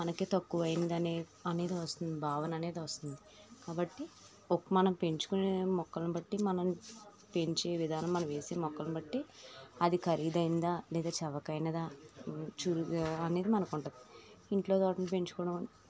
మనకి తక్కువైంది అనే అనేది వస్తుంది భావన అనేది వస్తుంది కాబట్టి ఓప్ మనం పెంచుకునే మొక్కలను బట్టి మనం పెంచే విధానం మనం వేసే మొక్కలను బట్టి అది ఖరీదైందా లేదా చవకైనదా చూ అనేది మనకుంటాది ఇంట్లో తోటని పెంచుకోవడం